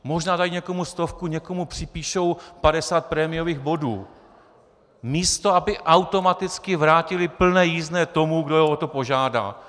Možná dají někomu stovku, někomu připíšou 50 prémiových bodů, místo aby automaticky vrátily plné jízdné tomu, kdo je o to požádá.